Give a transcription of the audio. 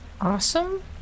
Awesome